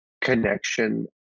connection